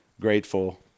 grateful